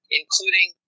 including